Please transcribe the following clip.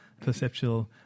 perceptual